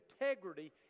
integrity